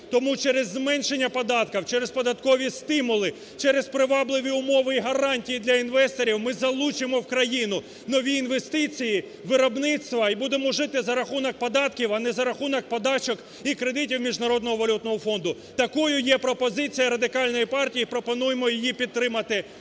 Тому через зменшення податків, через податкові стимули, через привабливі умови і гарантії для інвесторів ми залучимо в країну нові інвестиції виробництва. І будемо жити за рахунок податків, а не за рахунок подачок і кредитів Міжнародного валютного фонду. Такою є пропозиція Радикальної партії, пропонуємо її підтримати